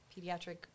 pediatric